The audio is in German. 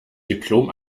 diplom